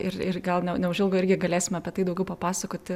ir ir gal ne neužilgo irgi galėsime apie tai daugiau papasakoti